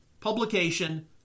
publication